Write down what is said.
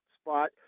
spot